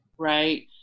right